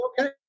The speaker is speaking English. okay